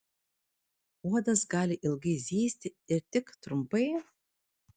uodas gali ilgai zyzti ir tik trumpai